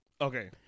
Okay